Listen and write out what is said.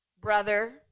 brother